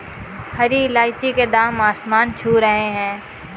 हरी इलायची के दाम आसमान छू रहे हैं